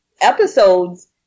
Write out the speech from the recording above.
episodes